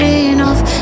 enough